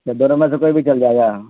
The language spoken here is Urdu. ا دوں میں سے کوئی بھی چل جائے گا